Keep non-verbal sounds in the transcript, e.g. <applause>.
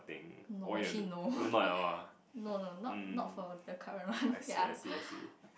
no actually no <laughs> no no not not for the current <laughs> one ya